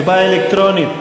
הצבעה אלקטרונית.